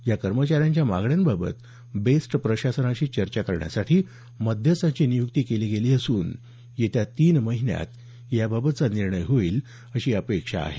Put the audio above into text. या कर्मचाऱ्यांच्या मागण्यांबाबत बेस्ट प्रशासनाशी चर्चा करण्यासाठी मध्यस्थाची नियुक्ती केली गेली असून येत्या तीन महिन्यांत याबाबत निर्णय होईल अशी अपेक्षा आहे